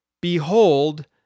Behold